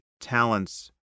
talents